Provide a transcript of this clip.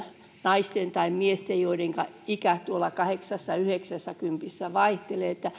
naisten tai miesten joidenka ikä on tuolla kahdeksassa yhdeksässäkympissä